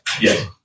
yes